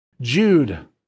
Jude